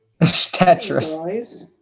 Tetris